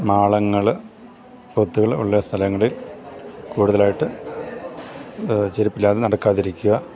മാളങ്ങൾ പൊത്തുകൾ ഉള്ള സ്ഥലങ്ങളിൽ കൂടുതലായിട്ട് ചെരിപ്പില്ലാതെ നടക്കാതിരിക്കുക